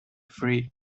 free